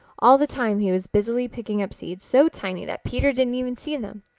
all the time he was busily picking up seeds so tiny that peter didn't even see them.